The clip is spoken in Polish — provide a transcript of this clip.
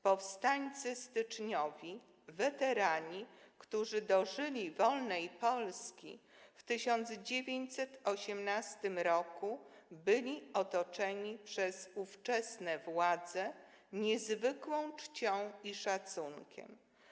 Powstańcy styczniowi, weterani, którzy dożyli wolnej Polski w 1918 r., byli otoczeni przez ówczesne władze niezwykłą czcią i szacunkiem.